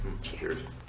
cheers